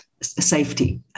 safety